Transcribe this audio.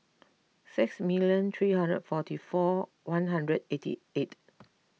six million three hundred forty four one hundred eighty eight